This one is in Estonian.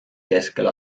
keskel